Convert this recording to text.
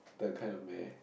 they're kind of meh